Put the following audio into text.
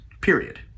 period